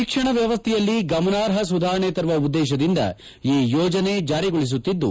ಶಿಕ್ಷಣ ವ್ಯವಸ್ಥೆಯಲ್ಲಿ ಗಮನಾರ್ಹ ಸುಧಾರಣೆ ತರುವ ಉದ್ದೇಶದಿಂದ ಈ ಯೋಜನೆ ಜಾರಿಗೊಳಿಸುತ್ತಿದ್ದು